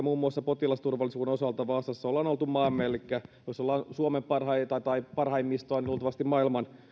muun muassa potilasturvallisuuden osalta vaasassa ollaan oltu mamme parhaita elikkä jos ollaan suomen parhaita tai parhaimmistoa niin luultavasti myös maailman